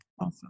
Awesome